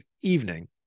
evening